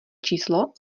číslo